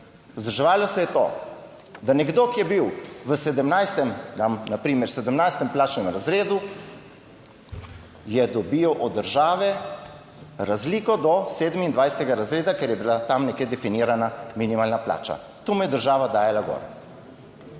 Vzdrževalo se je to, da nekdo, ki je bil v 17., dam na primer v 17. plačnem razredu, je dobil od države razliko do 27. razreda, ker je bila tam nekje definirana minimalna plača. To mu je država dajala gor.